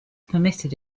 permitted